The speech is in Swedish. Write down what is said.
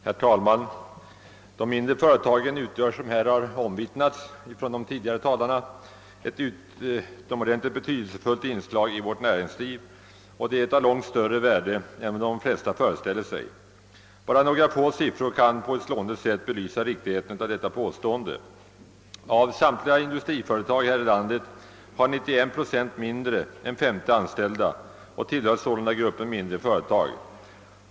Herr talman! De mindre företagen utgör, som omvittnats av de tidigare talarna, ett betydelsefullt inslag i vårt näringsliv, av långt större värde än de flesta föreställer sig. Några få siffror kan på ett slående sätt belysa riktigheten av detta påstående. Av samtliga industriföretag här i landet har 91 procent mindre än 50 anställda och tillhör sålunda gruppen mindre företag.